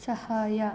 ಸಹಾಯ